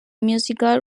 musical